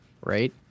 Right